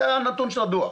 זה הנתון שמופיע בדוח.